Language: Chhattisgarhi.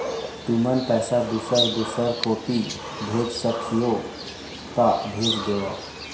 तुमन पैसा दूसर दूसर कोती भेज सखीहो ता भेज देवव?